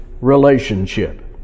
relationship